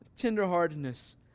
tenderheartedness